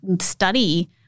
study